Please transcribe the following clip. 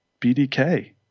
bdk